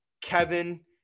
Kevin